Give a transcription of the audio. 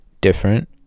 different